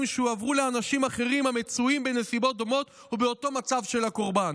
שהועברו לאנשים אחרים המצויים בנסיבות דומות ובאותו מצב של הקורבן.